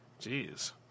Jeez